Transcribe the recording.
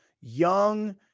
young